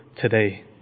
today